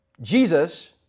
Jesus